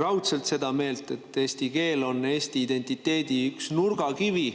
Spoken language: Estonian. raudselt seda meelt, et eesti keel on Eesti identiteedi üks nurgakivi.